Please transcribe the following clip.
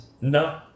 No